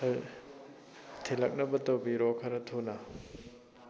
ꯊꯤꯜꯂꯛꯅꯕ ꯇꯧꯕꯤꯔꯣ ꯈꯔ ꯊꯨꯅ